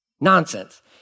Nonsense